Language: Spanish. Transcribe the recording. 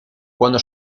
cuando